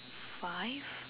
five